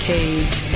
Cage